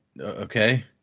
okay